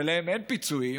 ולהם אין פיצויים,